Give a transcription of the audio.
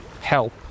help